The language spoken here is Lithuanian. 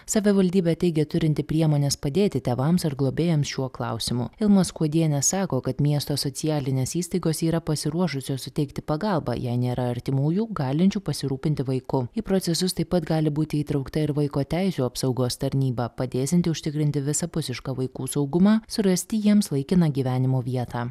savivaldybė teigė turinti priemones padėti tėvams ar globėjams šiuo klausimu ilma skuodienė sako kad miesto socialinės įstaigos yra pasiruošusios suteikti pagalbą jei nėra artimųjų galinčių pasirūpinti vaiku į procesus taip pat gali būti įtraukta ir vaiko teisių apsaugos tarnyba padėsianti užtikrinti visapusišką vaikų saugumą surasti jiems laikiną gyvenimo vietą